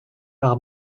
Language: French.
par